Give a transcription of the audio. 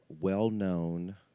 well-known